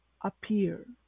appear